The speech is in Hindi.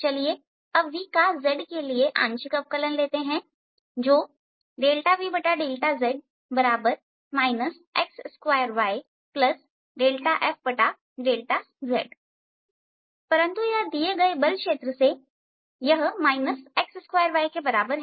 चलिए अब v का z के लिए आंशिक अवकलन लेते हैं जो Vδz x2yδfδzपरंतु यह दिए हुए बल क्षेत्र से यह x2y के बराबर है